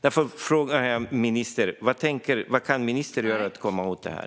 Därför frågar jag ministern: Vad kan ministern göra för att komma åt det här?